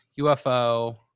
UFO